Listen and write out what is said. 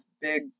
big